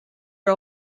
are